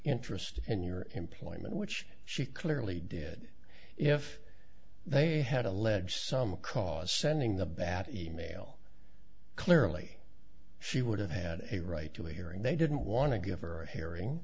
interest in your employment which she clearly did if they had allege some cause sending the bad e mail clearly she would have had a right to a hearing they didn't want to give her a herring